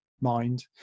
mind